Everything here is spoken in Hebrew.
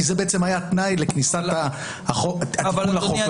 כי זה בעצם היה התנאי לכניסת התיקון לחוק --- אדוני,